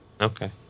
Okay